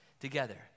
together